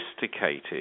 sophisticated